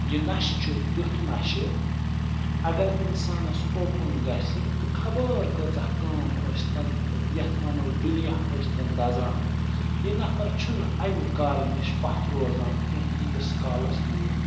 یہِ نَشہٕ چھُ تٮُ۪تھ نَشہٕ اگر اِنسانس اوٚکُن گَژھِ تہٕ خبٲر کٕژاہ کٲم ٲسۍتن تہٕ یَتھ وَنو دُنیا ٲسۍتن دَزان یہِ نَفر چھُنہٕ اَمہِ کارٕ نِش پَتھ روزان کیٚنٛہہ یِیٖتِس کالس نہٕ یہِ